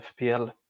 FPL